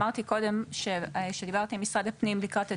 אמרתי קודם שכשדיברתי עם משרד הפנים לקראת הדיון,